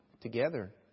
together